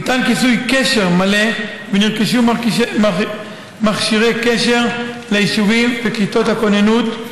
ניתן כיסוי קשר מלא ונרכשו מכשירי קשר ליישובים וכיתות הכוננות,